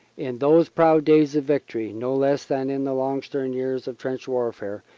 in those proud days of victory, no less than in the long stern years of trench warfare,